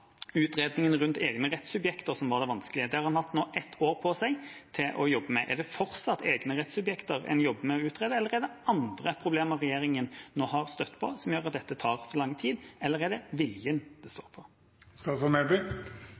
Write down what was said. utredningen rundt egne rettssubjekt som var det vanskelige. Det har en nå hatt et år på seg til å jobbe med. Er det fortsatt egne rettssubjekt en jobber med å utrede? Er det andre problemer regjeringa nå har støtt på som gjør at dette tar så lang tid, eller er det viljen det står